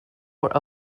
were